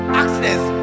accidents